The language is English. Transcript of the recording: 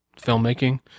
filmmaking